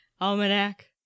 Almanac